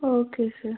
okay sir